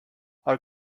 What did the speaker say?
our